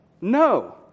no